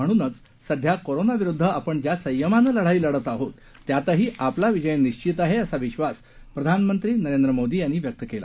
म्हणूनच सध्या कोरोनाविरुद्ध आपण ज्या संयमानं लढाई लढत आहोत त्यातही आपला विजय निश्वित आहे असा विश्वास प्रधानमंत्री नरेंद्र मोदी यांनी व्यक्त केला